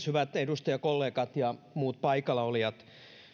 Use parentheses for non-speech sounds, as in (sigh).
(unintelligible) hyvät edustajakollegat ja muut paikallaolijat